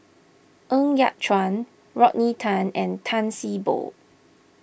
Ng Yat Chuan Rodney Tan and Tan See Boo